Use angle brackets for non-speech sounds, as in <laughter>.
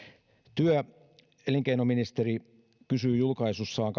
työ ja elinkeinoministeriö kysyy julkaisussaan <unintelligible>